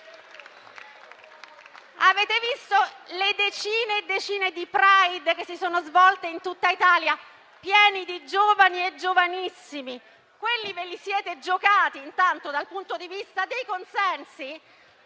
Avete visto le decine e decine di Pride che si sono svolti in tutta Italia, pieni di giovani e giovanissimi: quelli intanto ve li siete giocati dal punto di vista dei consensi,